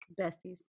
Besties